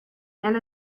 and